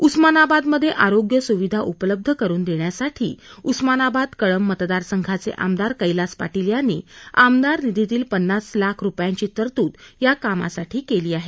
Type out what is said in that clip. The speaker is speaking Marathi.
उस्मानाबाद मध्ये आरोग्य सुविधा उपलब्ध करून देण्यासाठी उस्मानाबाद कळंब मतदारसंघाचे आमदार कैलास पाटील यांनी आमदार लाख तरतूद निधीतील पन्नास रुपयांची या कामासाठी केली आहे